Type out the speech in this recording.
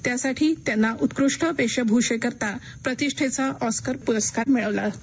त्यासाठी त्यांना उत्कृष्ट वेशभूषेकरिता प्रतिष्ठेचा ऑस्कर पुरस्कार मिळाला होता